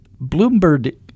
Bloomberg